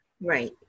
Right